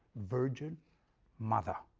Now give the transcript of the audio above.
virgin mother,